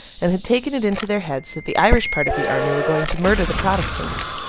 and had taken it into their heads that the irish part of the army were going to murder the protestants.